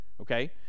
okay